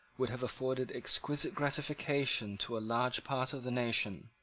would have afforded exquisite gratification to a large part of the nation,